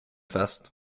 fest